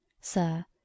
sir